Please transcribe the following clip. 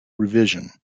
revision